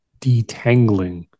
detangling